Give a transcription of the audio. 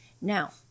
Now